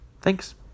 thanks